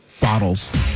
bottles